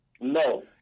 No